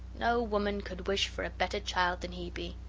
no woman could wish for a better child than he be.